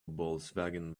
volkswagen